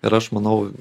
ir aš manau